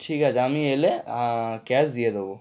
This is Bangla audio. ঠিক আছে আমি এলে ক্যাশ দিয়ে দেব